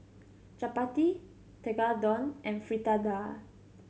Chapati Tekkadon and Fritada